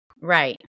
Right